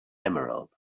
emerald